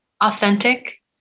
Authentic